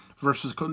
versus